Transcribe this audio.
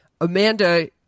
Amanda